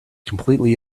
completely